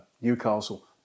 Newcastle